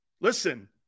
Listen